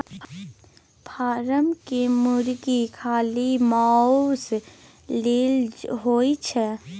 form केर मुरगी खाली माउस लेल होए छै